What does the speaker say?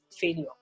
failure